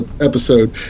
episode